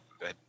good